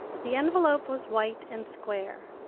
the envelope was white and square,